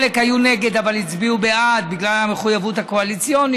חלק היו נגד אבל הצביעו בעד בגלל המחויבות הקואליציונית.